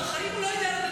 בחיים הוא לא ייתן מחמאה.